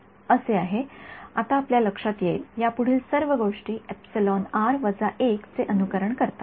असे आहे आता आपल्या लक्षात येईल या पुढील सर्व गोष्टी चे अनुसरण करतात